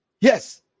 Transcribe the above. Yes